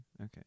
Okay